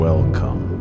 Welcome